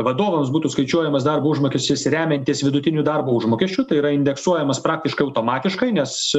vadovams būtų skaičiuojamas darbo užmokestis remiantis vidutiniu darbo užmokesčiu tai yra indeksuojamas praktiškai automatiškai nes